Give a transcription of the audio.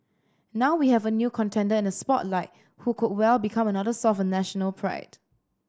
now we have a new contender in the spotlight who could well become another source of national pride